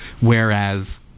whereas